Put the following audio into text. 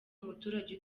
umuturage